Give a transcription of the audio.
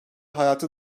hayatı